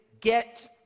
get